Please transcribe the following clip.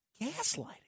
gaslighting